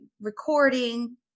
recording